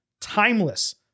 timeless